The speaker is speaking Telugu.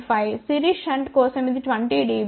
5 సిరీస్ షంట్ కోసం ఇది 20 డిబి